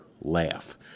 laugh